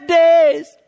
days